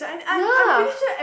ya